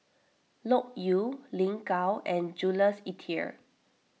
Loke Yew Lin Gao and Jules Itier